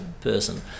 person